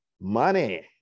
money